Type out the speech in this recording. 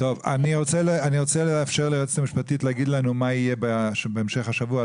אני רוצה לאפשר ליועצת המשפטית להגיד לנו מה יהיה בהמשך השבוע,